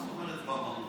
מה זאת אומרת "במהות"?